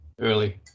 early